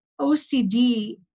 OCD